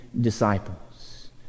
disciples